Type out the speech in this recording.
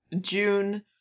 June